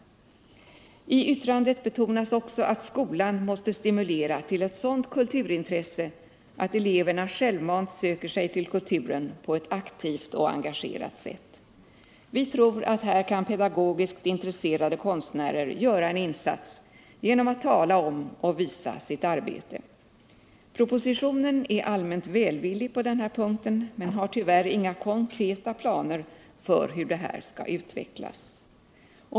I yttrandet betonas också att skolan måste stimulera till ett sådant kulturintresse att eleverna självmant söker sig till kulturen på ett aktivt och engagerat sätt. Vi tror att här kan pedagogisk intresserade konstnärer göra en insats genom att tala om och visa sitt arbete. Propositionen är allmänt välvillig på den här punkten, men har tyvärr inga konkreta planer för hur detta skall utvecklas.